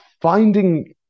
finding